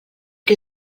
que